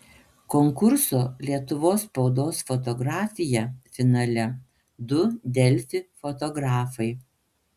konkurso lietuvos spaudos fotografija finale du delfi fotografai